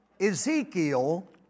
Ezekiel